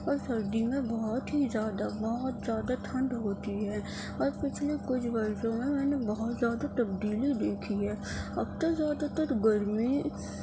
اور سردی میں بہت ہی زیادہ بہت زیادہ ٹھنڈ ہوتی ہے اور پچھلے کچھ برسوں میں میں نے بہت زیادہ تبدیلی دیکھی ہے اب تو زیادہ تر گرمی